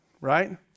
right